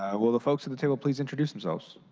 and will the folks at the table please introduce themselves.